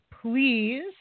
please